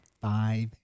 five